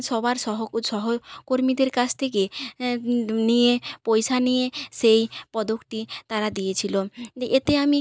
সবার সহকর্মীদের কাছ থেকে নিয়ে পয়সা নিয়ে সেই পদকটি তারা দিয়েছিল এতে আমি